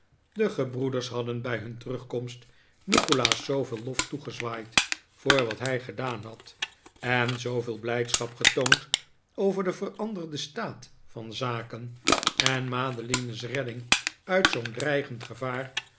de gebroeders hadden bij hun terugkomst nikolaas zooveel lof toegezwaaid voor wat hij gedaan had en zooveel blijdschap getoond over den veranderden staat van zaken en madeline's redding uit zoo'n dreigend gevaar